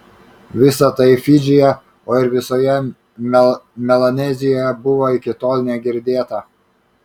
visa tai fidžyje o ir visoje melanezijoje buvo iki tol negirdėta